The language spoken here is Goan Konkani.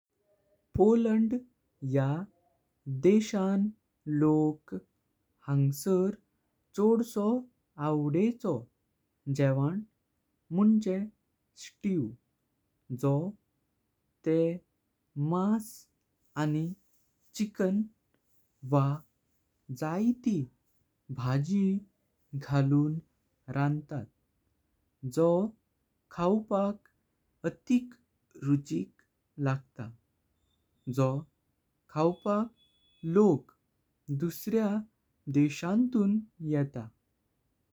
पोलंड या देशान लोक हांगर सो आवडचो। जेवण मुनशे स्ट्यू जो तेक मास आणि चिकन वांयती भाजी घालून रांतात। जो खावपाक अतिक रुचिक लागत जो खावपाक लोक दुसऱ्या देशांतून येता।